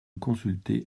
consulter